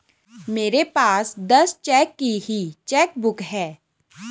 मेरे पास दस चेक की ही चेकबुक है